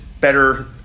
better